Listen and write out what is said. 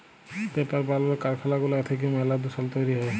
paper বালালর কারখালা গুলা থ্যাইকে ম্যালা দুষল তৈরি হ্যয়